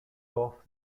off